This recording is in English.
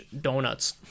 donuts